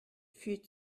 führt